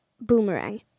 Boomerang